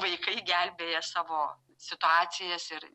vaikai gelbėja savo situacijas ir